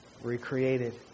recreated